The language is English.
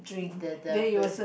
the the birds